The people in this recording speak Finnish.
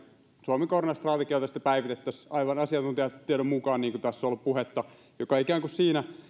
suomen koronastrategia jota sitten päivitettäisiin asiantuntijatiedon mukaan niin kuin tässä on ollut puhetta se ikään kuin